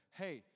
hey